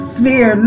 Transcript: fear